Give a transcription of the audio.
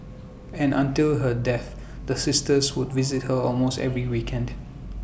and until her death the sisters would visit her almost every weekend